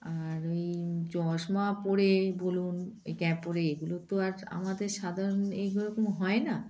আর ওই চশমা পরে বলুন ওই ক্যাপ পরে এগুলো তো আর আমাদের সাধারণ এইরকম হয় না